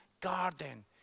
garden